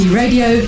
radio